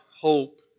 hope